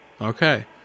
Okay